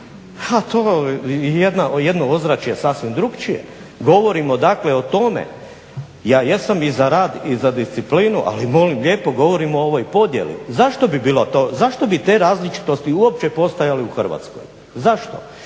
E to je jedno ozračje sasvim drukčije. Govorimo dakle o tome. Ja jesam i za rad i za disciplinu, ali molim lijepo govorimo o ovoj podjeli. Zašto bi te različitosti uopće postojale u Hrvatskoj? Zašto?